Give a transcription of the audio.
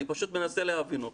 אני פשוט מנסה להבין אותו.